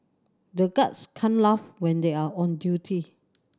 the guards can't laugh when they are on duty